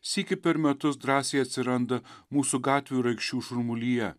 sykį per metus drąsiai atsiranda mūsų gatvių ir aikščių šurmulyje